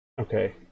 Okay